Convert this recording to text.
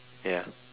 ya